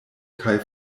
kaj